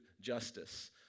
justice